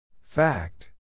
Fact